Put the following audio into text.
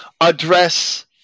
address